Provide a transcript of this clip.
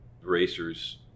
racers